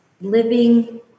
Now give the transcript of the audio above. living